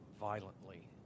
violently